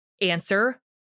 Answer